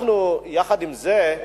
יחד עם זאת,